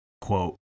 quote